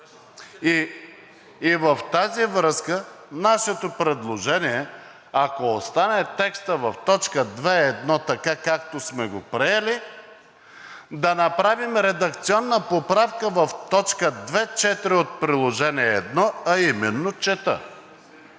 В тази връзка нашето предложение, ако остане текстът в т. 2.1 така, както сме го приели, да направим редакционна поправка в т. 2.4 от Приложение № 1, а именно,